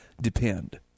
depend